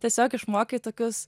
tiesiog išmoki tokius